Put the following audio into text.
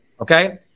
okay